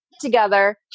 together